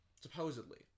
Supposedly